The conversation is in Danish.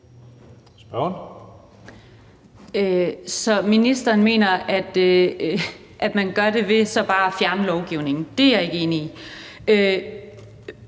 ministeren mener, at man så gør det ved bare at fjerne lovgivningen. Det er jeg ikke enig i.